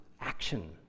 action